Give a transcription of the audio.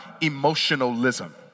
emotionalism